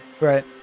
Right